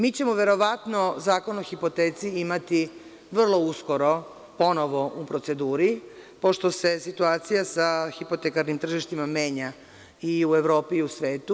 Mi ćemo verovatno Zakon o hipoteci imati vrlo uskoro ponovo u proceduri, pošto se situacija sa hipotekarnim tržištima menja i u Evropi i u svetu.